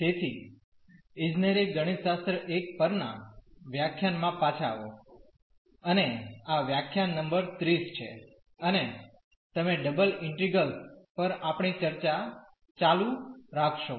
તેથી ઈજનેરી ગણિતશાસ્ત્ર I પરના વ્યાખ્યાનમાં પાછા આવો અને આ વ્યાખ્યાન નંબર 30 છે અને તમે ડબલ ઇન્ટિગ્રેલ્સ પર આપણી ચર્ચા ચાલુ રાખશો